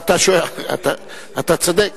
אתה צודק.